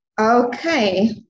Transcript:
Okay